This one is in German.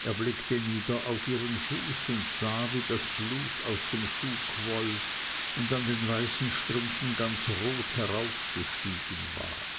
er blickte nieder auf ihren fuß und sah wie das blut aus dem schuh quoll und an den weißen strümpfen ganz rot heraufgestiegen war